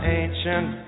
ancient